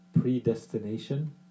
predestination